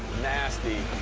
nasty.